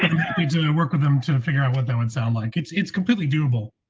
work with them to to figure out what that would sound like. it's, it's completely doable.